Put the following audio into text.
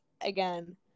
again